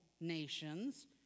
nations